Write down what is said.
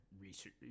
research